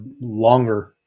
longer